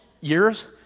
years